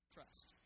Trust